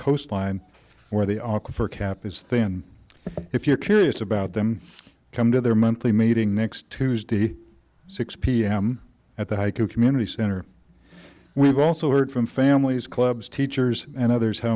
coastline where they are for cap is thin if you're curious about them come to their monthly meeting next tuesday six pm at the hike of community center we've also heard from families clubs teachers and others how